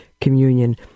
Communion